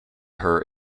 her